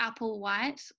Applewhite